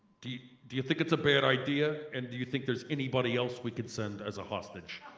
do do you think it's a bad idea and do you think there's anybody else we could send as a hostage